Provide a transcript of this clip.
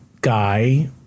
guy